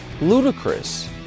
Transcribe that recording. ludicrous